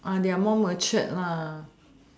they are more matured lah